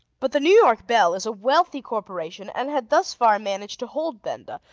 but the new york bell is a wealthy corporation and had thus far managed to hold benda,